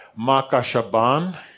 makashaban